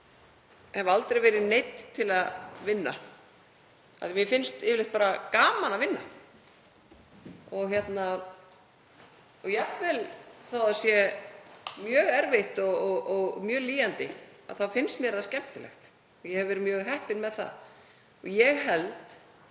hef aldrei verið neydd til að vinna af því að mér finnst yfirleitt bara gaman að vinna og jafnvel þó að það sé mjög erfitt og mjög lýjandi þá finnst mér það skemmtilegt. Ég hef verið mjög heppin með það. Ég held